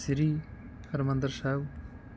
ਸ਼੍ਰੀ Harmandir ਸਾਹਿਬ